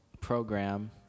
program